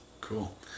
cool